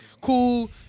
Cool